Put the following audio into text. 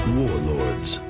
warlords